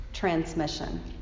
Transmission